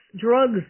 drugs